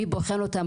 מי בוחן אותם?